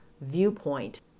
viewpoint